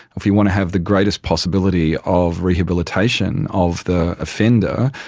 if we want to have the greatest possibility of rehabilitation of the offender,